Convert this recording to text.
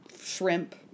shrimp